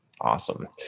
Awesome